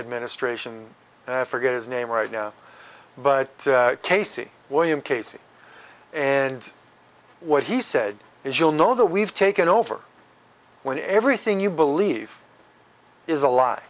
administration i forget his name right now but casey william casey and what he said is you'll know that we've taken over when everything you believe is a l